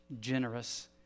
generous